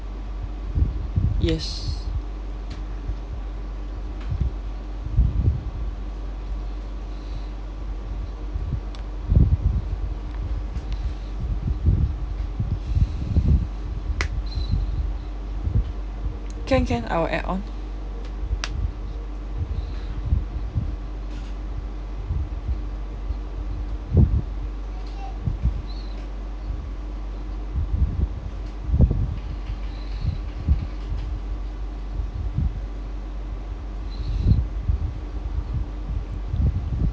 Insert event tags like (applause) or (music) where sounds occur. yes can can I will add on (breath)